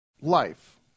life